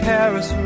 Paris